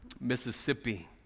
Mississippi